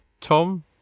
Tom